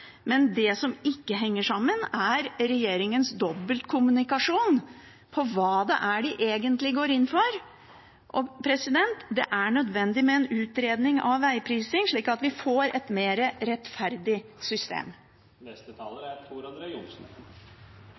men det som ikke henger sammen, er regjeringens dobbeltkommunikasjon om hva det er de egentlig går inn for. Det er nødvendig med en utredning av vegprising, slik at vi får et mer rettferdig system.